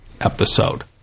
episode